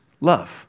love